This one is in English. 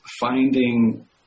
Finding